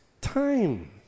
time